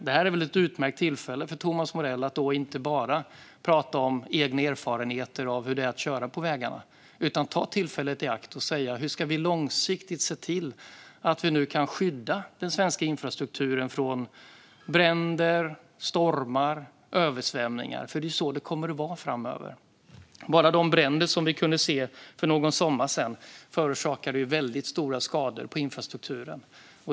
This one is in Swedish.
Det här är väl ett utmärkt tillfälle för Thomas Morell att inte bara prata om egna erfarenheter av hur det är att köra på vägarna utan också ta tillfället i akt och säga hur vi långsiktigt ska se till att skydda den svenska infrastrukturen från bränder, stormar och översvämningar. För det är så det kommer att vara framöver. Bara de bränder som vi kunde se för någon sommar sedan förorsakade väldigt stora skador på infrastrukturen.